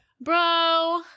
bro